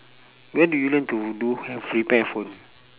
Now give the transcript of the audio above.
where do you learn to do handph~ repair phone